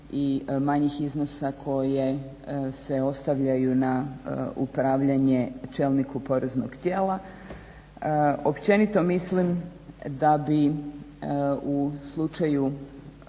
i manjih iznosa koje se ostavljaju na upravljanje čelniku poreznog tijela. Općenito mislim da bi u slučaju